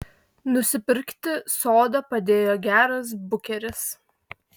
nusipirkti sodą padėjo geras bukeris